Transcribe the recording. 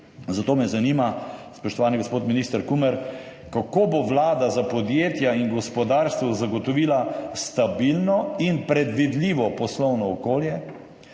Zato me zanima, spoštovani gospod minister Kumer: Kako bo Vlada za podjetja in gospodarstvo zagotovila stabilno in predvidljivo poslovno okolje?